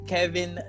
Kevin